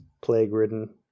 plague-ridden